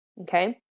Okay